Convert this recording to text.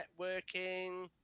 networking